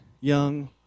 young